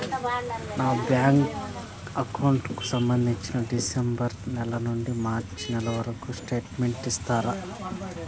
నా bank account కు సంబంధించి డిసెంబరు నెల నుండి మార్చి నెలవరకు స్టేట్మెంట్ ఇస్తారా?